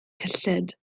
cyllid